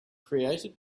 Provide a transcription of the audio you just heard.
created